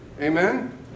Amen